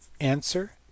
Answer